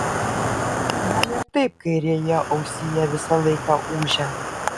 man ir taip kairėje ausyje visą laiką ūžia